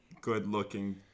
good-looking